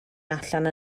allan